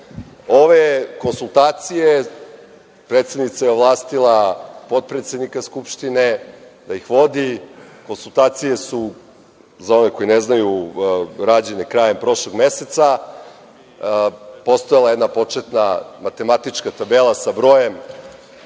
ove konsultacije, predsednica je ovlastila, potpredsednika Skupštine da ih vodi. Konsultacije su, za ove koji ne znaju, rađene krajem prošlog meseca. Postojala je jedna početna matematička tabela sa brojem